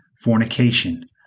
fornication